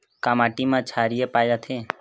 का माटी मा क्षारीय पाए जाथे?